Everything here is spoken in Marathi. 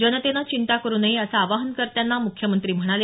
जनतेनं चिंता करू नये असं आवाहन करतांना मुख्यमंत्री म्हणाले